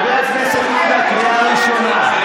חבר הכנסת עודה, קריאה ראשונה.